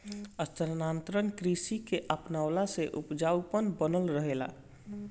स्थानांतरण कृषि के अपनवला से उपजाऊपन बनल रहेला